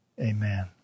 Amen